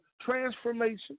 transformation